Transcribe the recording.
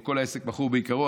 כל העסק מכור בעיקרו?